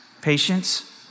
patience